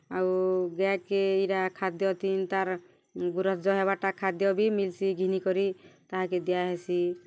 ଆଉ ଗାଏକେ ଇଟା ଖାଦ୍ୟ ତି ତା'ର୍ ଗୃହଜ ହେବାଟା ଖାଦ୍ୟ ବି ମିଲ୍ସି ଘିନିିକରି ତାହାକେ ଦିଆହେସି